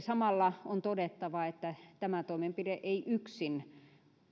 samalla on todettava että tämä toimenpide ei yksin